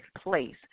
place